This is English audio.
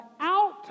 out